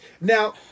Now